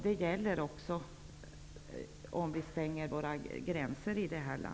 Det gäller också om vi stänger våra gränser.